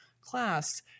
class